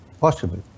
Possible